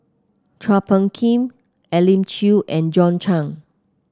Chua Phung Kim Elim Chew and John Clang